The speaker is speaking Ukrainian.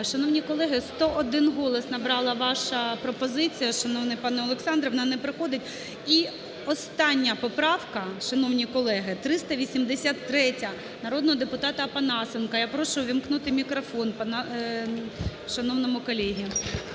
Шановні колеги, 101 голос набрала ваша пропозиція, шановний пане Олександр, вона не проходить. І остання поправка, шановні колеги, 383-я, народного депутата Опанасенка. Я прошу ввімкнути мікрофон, шановному колезі.